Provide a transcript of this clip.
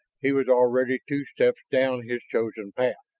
he was already two steps down his chosen path.